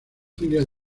filial